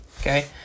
okay